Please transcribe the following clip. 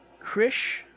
Krish